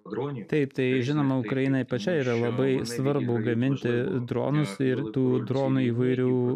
taip tai žinoma ukrainai pačiai yra labai svarbu gaminti dronus ir tų dronai įvairių